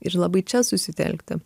ir labai čia susitelkti